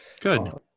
good